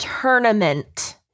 tournament